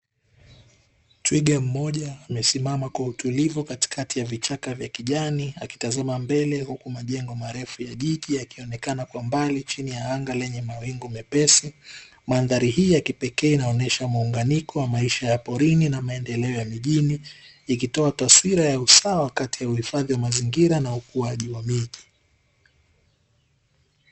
Twiga mmoja amesimama kwa utulivu, katikati ya vichaka vya kijani akitazama mbele. Huku majengo marefu ya jiji yakionekana kwa mbali chini ya anga lenye mawingu mepesi. Mandhari hii ya kipekee inaonesha muunganiko wa maisha ya porini na maendeleo ya mijini ikitoa taswira ya usawa kati ya uhifadhi wa mazingira na ukuaji wa miji.